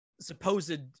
supposed